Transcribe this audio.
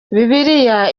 bibiliya